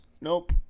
Nope